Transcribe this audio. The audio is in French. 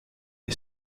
est